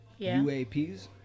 UAPs